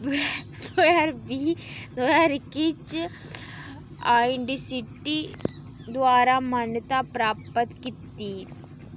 ज्हार बीह् दो ज्हार इक्की च आई डी सी टी द्वारा मान्यता प्राप्त कीती